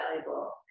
valuable